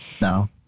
No